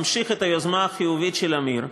ממשיך את היוזמה החיובית של עמיר,